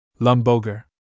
Lumboger